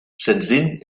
sindsdien